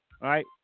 right